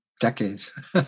decades